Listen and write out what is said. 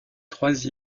trois